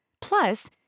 Plus